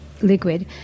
liquid